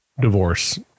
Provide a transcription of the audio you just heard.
divorce